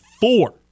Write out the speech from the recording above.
four